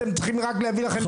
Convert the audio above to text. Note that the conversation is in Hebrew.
אתם רק צריכים להביא בקלאווה